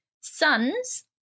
sons